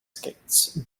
skates